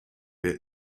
wer